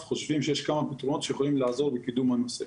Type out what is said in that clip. חושבים שיש כמה פתרונות שיכולים לעזור בקידום הנושא.